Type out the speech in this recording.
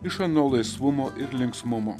iš ano laisvumo ir linksmumo